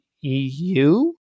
EU